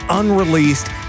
unreleased